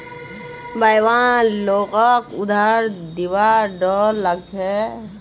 बेईमान लोगक उधार दिबार डोर लाग छ